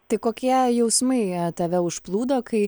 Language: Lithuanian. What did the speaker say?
tai kokie jausmai tave užplūdo kai